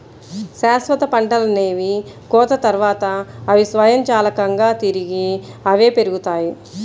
శాశ్వత పంటలనేవి కోత తర్వాత, అవి స్వయంచాలకంగా తిరిగి అవే పెరుగుతాయి